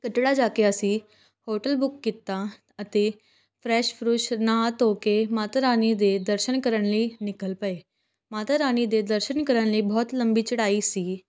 ਕੱਟੜਾ ਜਾ ਕੇ ਅਸੀਂ ਹੋਟਲ ਬੁੱਕ ਕੀਤਾ ਅਤੇ ਫਰੈਸ਼ ਫਰੂਸ਼ ਨਹਾ ਧੋ ਕੇ ਮਾਤਾ ਰਾਣੀ ਦੇ ਦਰਸ਼ਨ ਕਰਨ ਲਈ ਨਿਕਲ ਪਏ ਮਾਤਾ ਰਾਣੀ ਦੇ ਦਰਸ਼ਨ ਕਰਨ ਲਈ ਬਹੁਤ ਲੰਬੀ ਚੜ੍ਹਾਈ ਸੀਗੀ